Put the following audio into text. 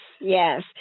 yes